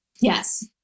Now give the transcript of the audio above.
Yes